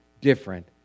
different